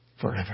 Forever